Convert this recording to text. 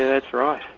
that's right.